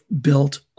built